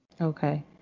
Okay